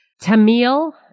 Tamil